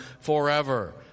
forever